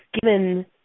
given